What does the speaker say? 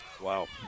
Wow